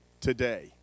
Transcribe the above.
today